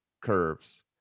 curves